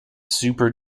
super